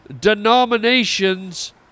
denominations